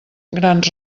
grans